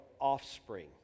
offspring